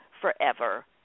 forever